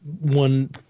One